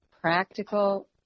practical